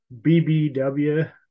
BBW